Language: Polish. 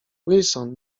wilson